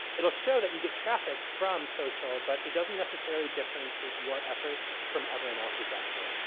it'll show that you get traffic from social, but it doesn't necessarily differentiate your efforts from everyone else's effort.